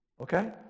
Okay